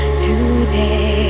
today